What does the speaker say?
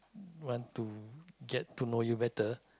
want to get to know you better